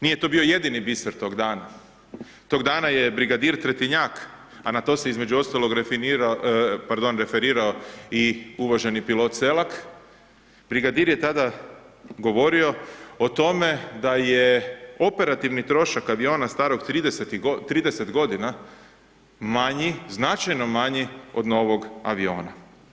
Nije to bio jedini biser tog dana tog dana je brigadir Tretinjak, a na to se između ostalog referirao i uvaženi pilot Selak, brigadir je tada govorio o tome da je operativni trošak aviona starog 30 godina manji, značajno manji od novog aviona.